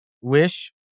wish